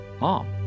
mom